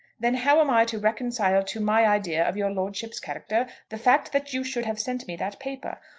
then how am i to reconcile to my idea of your lordship's character the fact that you should have sent me that paper?